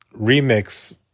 remix